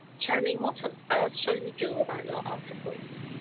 channing, what on earth shall you do about your articles?